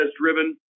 driven